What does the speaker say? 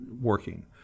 working